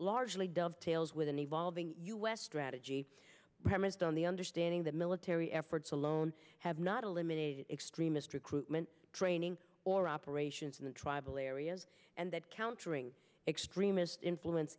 largely dovetails with an evolving u s strategy premised on the understanding that military efforts alone have not eliminated extremist recruitment training or operations in the tribal areas and that countering extremist influence